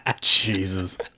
Jesus